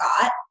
got